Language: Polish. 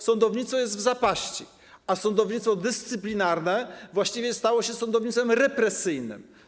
Sądownictwo jest w zapaści, zaś sądownictwo dyscyplinarne właściwie stało się sądownictwem represyjnym.